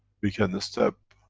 we can step,